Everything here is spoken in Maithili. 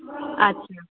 अच्छा